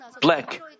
black